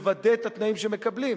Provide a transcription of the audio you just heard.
לוודא את התנאים שהם מקבלים.